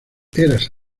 eras